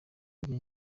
njye